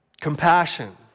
compassion